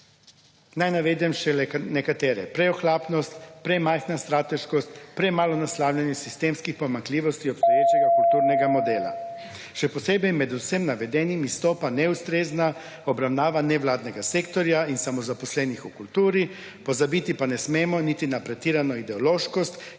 Naj navedem še nekatere; preohlapnost, premajhna stateškost, premalo naslavljanje sistemskih pomanjkljivosti / znak za konec razprave/ obstoječega kulturnega modela. Še posebej med vsem navedenim izstopa neustrezna obravnava nevladnega sektorja in samozaposlenih v kulturi, pozabiti pa ne smemo niti na pretirano ideološkost,